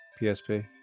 PSP